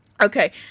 Okay